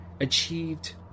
achieved